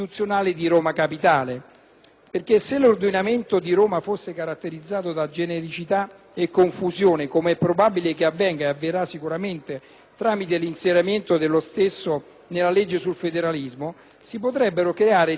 Se l'ordinamento di Roma, infatti, fosse caratterizzato da genericità e confusione, come avverrà sicuramente tramite l'inserimento dello stesso nella legge sul federalismo, si potrebbero creare dinamiche poco virtuose,